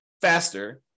faster